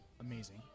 amazing